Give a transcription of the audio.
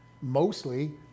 mostly